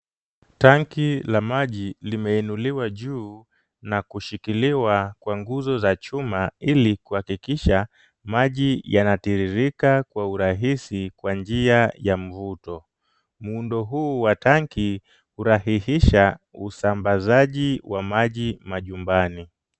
Tanki la maji limeinuliwa juu na kushikiliwa kwa nguzo za chuma ili kuhakikisha maji yanatiririka kwa urahisi kwa njia ya muundo, muundo huu wa tanki hurahisisha usambazaji wa maji majumbani.